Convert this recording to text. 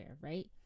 right